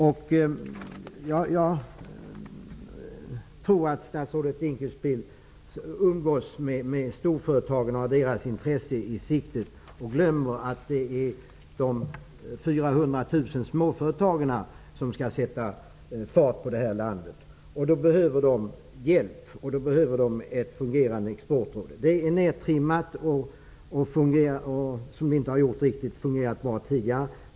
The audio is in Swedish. Jag tror att statsrådet Dinkelspiel umgås med storföretagarna, har deras intresse i sikte och glömmer att det är de 400 000 småföretagen som skall sätta fart på detta land. Då behöver de hjälp och ett fungerande Exportråd. Det är nu nedtrimmat. Det har inte fungerat riktigt bra tidigare.